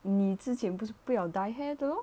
你之前不是不要 dye hair 的 lor